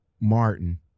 Martin